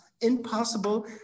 impossible